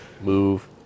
Move